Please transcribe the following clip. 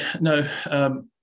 no